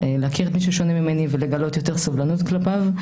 להכיר את מי ששונה ממני ולגלות יותר סובלנות כלפיו.